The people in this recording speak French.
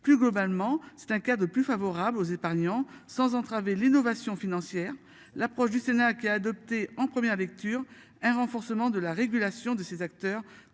Plus globalement, c'est un cas de plus favorable aux épargnants sans entraver l'innovation financière l'approche du Sénat qui a adopté en première lecture un renforcement de la régulation de ces acteurs. Contre